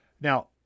Now